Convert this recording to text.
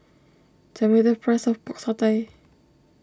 tell me the price of Pork Satay